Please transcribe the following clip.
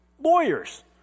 Lawyers